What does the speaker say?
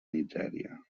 nigèria